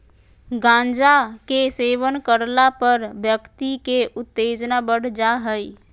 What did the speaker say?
गांजा के सेवन करला पर व्यक्ति के उत्तेजना बढ़ जा हइ